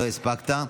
לא הספקת.